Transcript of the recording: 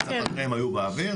קצת אחרי הם היו באוויר,